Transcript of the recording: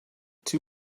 too